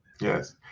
Yes